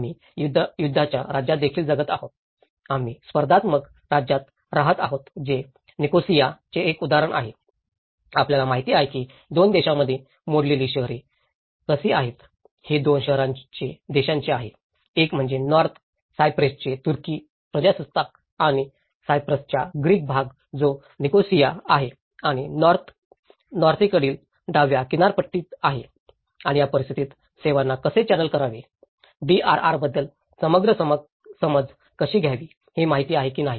आम्ही युद्धांच्या राज्यात देखील जगत आहोत आम्ही स्पर्धात्मक राज्यात राहत आहोत जे निकोसियाचे एक उदाहरण आहे आपल्याला माहित आहे की 2 देशांमध्ये मोडलेली शहरे कशी आहेत हे दोन देशांचे आहे एक म्हणजे नॉर्थ सायप्रसचे तुर्की प्रजासत्ताक आणि सायप्रसचा ग्रीक भाग जो निकोसिया आहे आणि नॉर्थे कडील डाव्या किनारपट्टी आहे आणि या परिस्थितीत सेवांना कसे चॅनेल करावे DRR बद्दल समग्र समज कशी घ्यावी हे माहित आहे की नाही